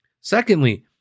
secondly